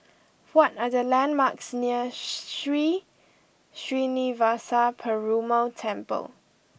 what are the landmarks near Sri Srinivasa Perumal Temple